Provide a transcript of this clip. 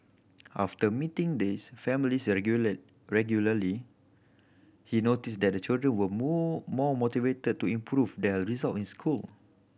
after meeting these families regular regularly he noticed that the children were more motivated to improve their result in school